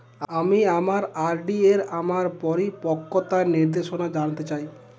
আমি আমার আর.ডি এর আমার পরিপক্কতার নির্দেশনা জানতে চাই